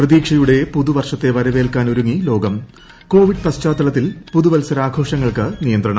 പ്രതീക്ഷയുടെ പുതു വർഷത്തെ വരവേൽക്കാൻ ഒരുങ്ങി ലോകം പശ്ചാത്തലത്തിൽ കോവിഡ് പുതുവത്സരാഘോഷങ്ങൾക്ക് നിയന്ത്രണം